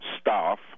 staff